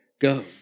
go